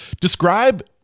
Describe